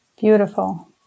Beautiful